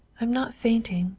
i'm not fainting.